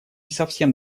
совсем